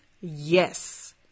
yes